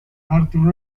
arthur